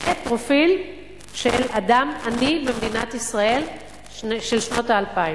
זה פרופיל של אדם עני במדינת ישראל של שנות האלפיים.